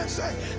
ah say